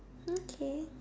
okay